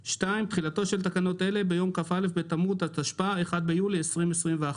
2 תחילה תחילתן של תקנות אלה ביום כ"א בתמוז התשפ"א (1 ביולי 2021)."